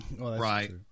Right